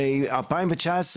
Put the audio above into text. הרי הנתונים משנת 2019,